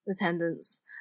attendance